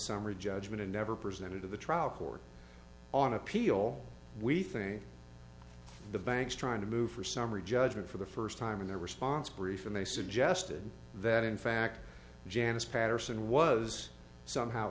summary judgment and never presented to the trial court on appeal we think the banks trying to move for summary judgment for the first time in their response brief and they suggested that in fact janice patterson was somehow